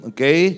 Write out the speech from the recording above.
Okay